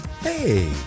Hey